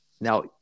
Now